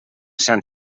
sant